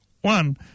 one